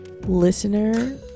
listener